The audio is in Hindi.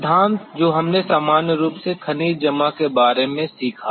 सिद्धांत जो हमने सामान्य रूप से खनिज जमा करने के बारे में सीखा